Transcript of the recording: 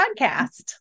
Podcast